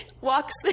walks